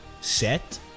set